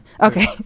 Okay